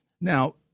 Now